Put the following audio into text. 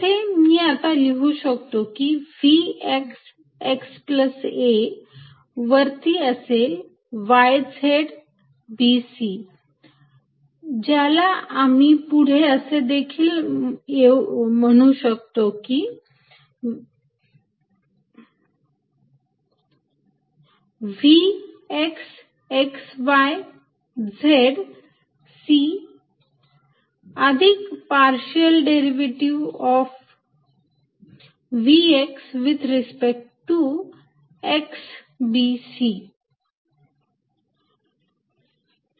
येथे मी आता लिहू शकतो की Vx xa वरती असेल y z b c ज्याला आम्ही पुढे असे देखील घेऊ शकतो की Vx x y z c अधिक partial derivative of Vx with respect to x b c